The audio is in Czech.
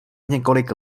několik